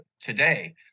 today